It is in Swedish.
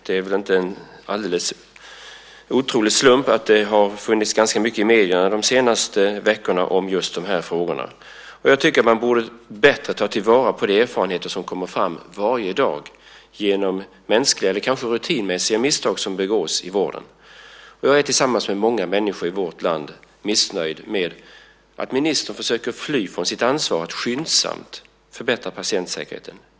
Det är väl inte bara en slump att det har funnits ganska mycket i medierna de senaste veckorna om just de här frågorna. Jag tycker att man bättre borde ta till vara de erfarenheter som kommer fram varje dag genom de mänskliga eller kanske rutinmässiga misstag som begås inom vården. Jag är, tillsammans med många människor i vårt land, missnöjd med att ministern försöker fly från sitt ansvar att skyndsamt förbättra patientsäkerheten.